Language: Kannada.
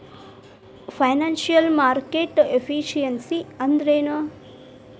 ಫೈನಾನ್ಸಿಯಲ್ ಮಾರ್ಕೆಟ್ ಎಫಿಸಿಯನ್ಸಿ ಅಂದ್ರೇನು?